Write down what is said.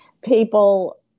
People